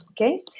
okay